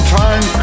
time